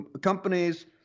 Companies